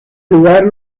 lugar